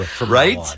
Right